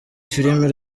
filimi